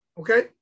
Okay